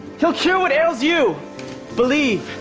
he'll cure what ails you believe.